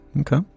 Okay